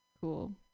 Cool